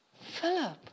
Philip